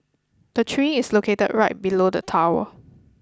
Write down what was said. the tree is located right below the tower